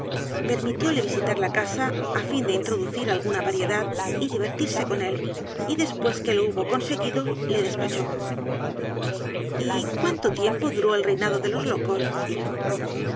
alguna permitióle visitar la casa á fin de introducir alguna variedad y divertirse con él y después que lo hubo conseguido le despachó y cuánto tiempo duró el reinado de los locos